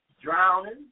drowning